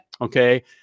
okay